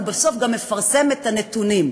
הוא בסוף גם מפרסם את הנתונים.